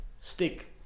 stick